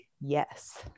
Yes